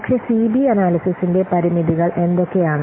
പക്ഷേ സിബി അനാല്യ്സിസിന്റെ പരിമിതികൾ എന്തൊക്കെയാണ്